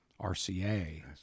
RCA